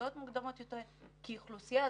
בכיתות נמוכות יותר, כי אם